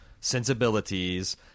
sensibilities